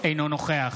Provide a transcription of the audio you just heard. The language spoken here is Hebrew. אינו נוכח